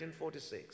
1946